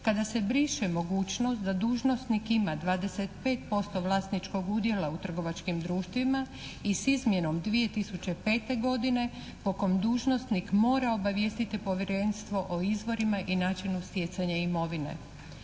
kada se briše mogućnost da dužnosnik ima 25% vlasničkog udjela u trgovačkim društvima i s izmjenom 2005. godine po kom dužnosnik mora obavijestiti Povjerenstvo o izvorima i načinu stjecanja imovine.